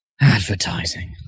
advertising